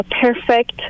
perfect